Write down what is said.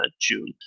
June